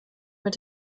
mit